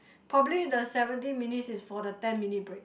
probably the seventy minutes is for the ten minute break